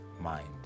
mind